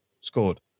scored